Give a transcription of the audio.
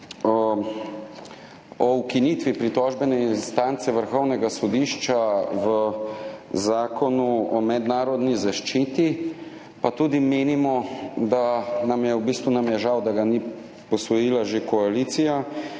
o ukinitvi pritožbene na instance Vrhovnega sodišča v Zakonu o mednarodni zaščiti, pa tudi menimo, v bistvu nam je žal, da ga ni posvojila že koalicija.